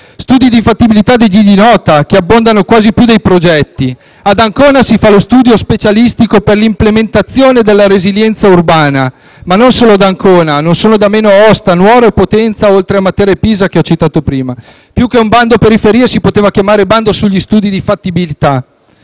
Studi di fattibilità degni di nota, che abbondano quasi più dei progetti: ad Ancona si fa lo studio specialistico per l'implementazione della resilienza urbana, ma non sono da meno ad Aosta, Nuoro e Potenza, oltre a Matera e Pisa, che ho citato prima. Più che bando periferie, si poteva chiamare bando sugli studi di fattibilità.